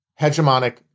hegemonic